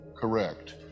correct